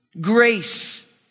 Grace